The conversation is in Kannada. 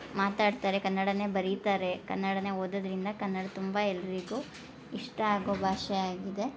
ಮಾತಾಡ್ತಾರೆ ಕನ್ನಡನೇ ಬರೀತಾರೆ ಕನ್ನಡನೇ ಓದೋದರಿಂದ ಕನ್ನಡ ತುಂಬ ಎಲ್ಲರಿಗೂ ಇಷ್ಟ ಆಗೋ ಭಾಷೆ ಆಗಿದೆ